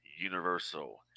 universal